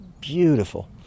Beautiful